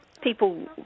people